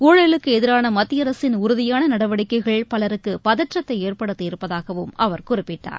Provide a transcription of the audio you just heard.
ஊழலுக்கு எதிரான மத்திய அரசின் உறுதியான நடவடிக்கைகள் பலருக்கு பதற்றத்தை ஏற்படுத்தி இருப்பதாகவும் அவர் குறிப்பிட்டார்